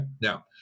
Now